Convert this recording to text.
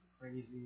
crazy